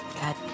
God